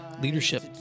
leadership